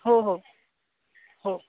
हो हो हो